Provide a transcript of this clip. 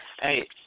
hey